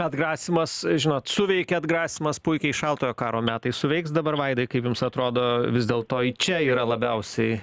atgrasymas žinot suveikė atgrasymas puikiai šaltojo karo metais suveiks dabar vaidai kaip jums atrodo vis dėlto čia yra labiausiai